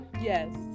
yes